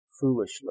foolishly